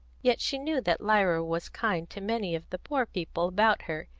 yet she knew that lyra was kind to many of the poor people about her,